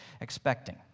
expecting